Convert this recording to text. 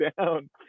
down